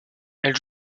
elle